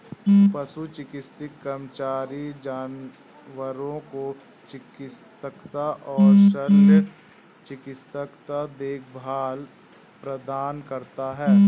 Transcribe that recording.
पशु चिकित्सा कर्मचारी जानवरों को चिकित्सा और शल्य चिकित्सा देखभाल प्रदान करता है